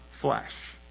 flesh